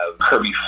Kirby